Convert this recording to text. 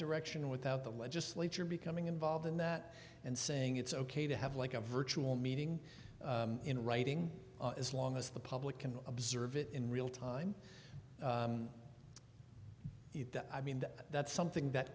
direction without the legislature becoming involved in that and saying it's ok to have like a virtual meeting in writing as long as the public can observe it in real time i mean that's something that